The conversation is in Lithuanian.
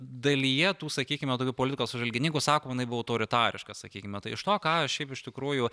dalyje tų sakykime tokių politikos apžvalgininkų sakoma jinai buvo autoritariška sakykime iš to ką šiaip iš tikrųjų